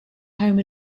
home